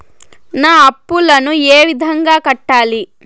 నా అప్పులను ఏ విధంగా కట్టాలి?